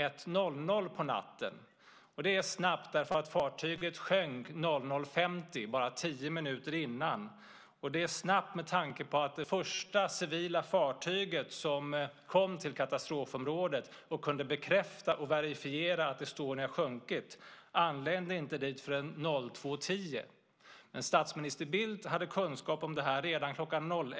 01.00 på natten. Det är snabbt med tanke på att fartyget sjönk kl. 00.50, bara tio minuter tidigare. Det är också snabbt med tanke på att det första civila fartyg som kom till katastrofområdet och kunde bekräfta och verifiera att Estonia sjunkit inte anlände förrän kl. 02.10. Men statsminister Bildt hade kunskap om detta redan kl.